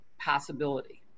possibility